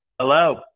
Hello